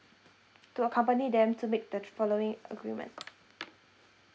to accompany them to make the following agreement